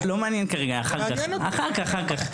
לא מעניין כרגע אחר כך, אחר כך.